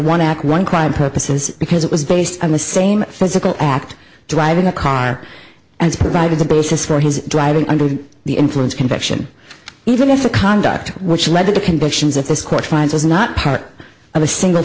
act one crime purposes because it was based on the same physical act driving a car and provided the basis for his driving under the influence conviction even if the conduct which led to the convictions that this court finds was not part of a single